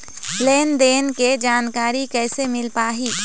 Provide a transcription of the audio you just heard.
लेन देन के जानकारी कैसे मिल पाही?